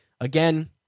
Again